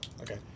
Okay